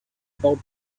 about